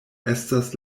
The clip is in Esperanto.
estas